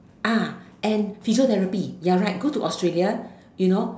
ah and physiotherapy you are right go to Australia you know